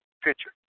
pitcher